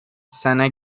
senna